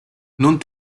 non